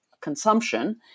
consumption